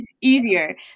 Easier